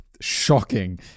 shocking